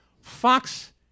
Fox